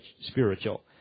spiritual